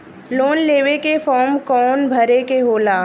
Loan लेवे के form कौन भरे के होला?